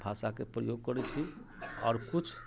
भाषाके प्रयोग करैत छी आओर किछु